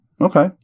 Okay